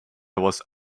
was